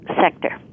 sector